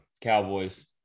Cowboys